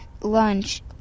lunch